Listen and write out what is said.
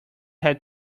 had